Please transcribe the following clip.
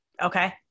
Okay